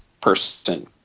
person